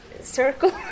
circle